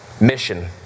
mission